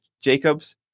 Jacobs